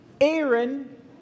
Aaron